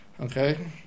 Okay